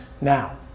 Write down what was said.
now